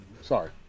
sorry